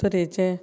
तरेचे